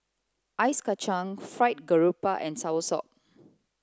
ice kachang fried garoupa and soursop